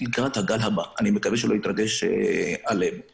לכן אני חושב שבשלב הזה במקום ללכת על הכלי הזמין ולהשתמש בו,